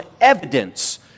evidence